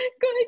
good